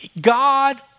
God